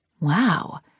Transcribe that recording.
Wow